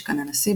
משכן הנשיא,